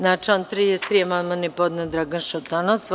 Na član 33. amandman je podneo Dragan Šutanovac.